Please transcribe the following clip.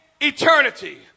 eternity